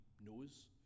knows